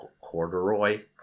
corduroy